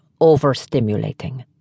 overstimulating